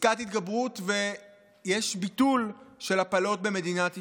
פסקת התגברות, ויש ביטול של הפלות במדינת ישראל.